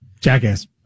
Jackass